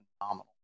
phenomenal